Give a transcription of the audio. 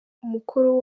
umukoro